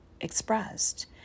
expressed